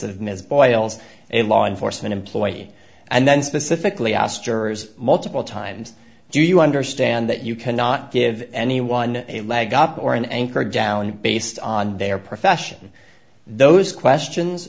ms boyles a law enforcement employee and then specifically asked jurors multiple times do you understand that you cannot give anyone a leg up or an anchor down based on their profession those questions